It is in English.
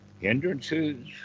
hindrances